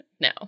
no